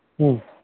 ᱦᱩᱸ